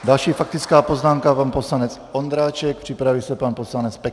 Další faktická poznámka, pan poslanec Ondráček, připraví se pan poslanec Peksa.